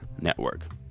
network